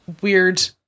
weird